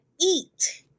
eat